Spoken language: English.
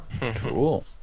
Cool